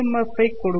F I கொடுக்கும்